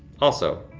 also